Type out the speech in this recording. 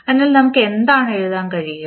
അതിനാൽ നമുക്ക് എന്താണ് എഴുതാൻ കഴിയുക